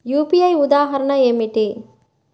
UPI ఉదాహరణ ఏమిటి?